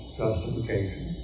justification